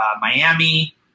Miami